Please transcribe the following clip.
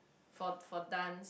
for for dance